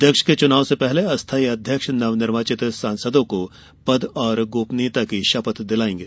अध्यक्ष के चुनाव से पहले अस्थाई अध्यक्ष नवनिर्वाचित सांसदों को पद और गोपनीयता की शपथ दिलाएंगे